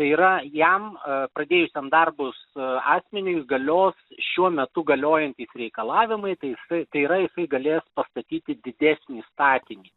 tai yra jam pradėjusiam darbus asmeniui galios šiuo metu galiojantys reikalavimai tai jisai tai yra jisai galės pastatyti didesnį statinį